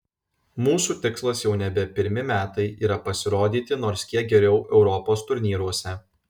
mūsų tikslas jau nebe pirmi metai yra pasirodyti nors kiek geriau europos turnyruose